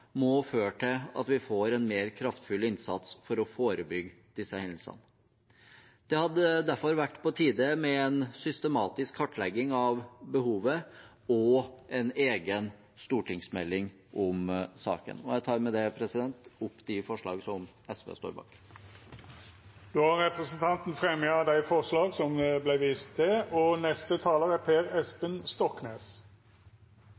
må føre til at vi får en mer kraftfull innsats for å forebygge disse hendelsene. Det hadde derfor vært på tide med en systematisk kartlegging av behovet og en egen stortingsmelding om saken. Jeg tar med dette opp de forslagene som SV er en del av. Då har representanten Lars Haltbrekken teke opp dei forslaga han refererte til. Klimaendringene er